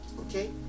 okay